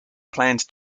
planned